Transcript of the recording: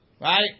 right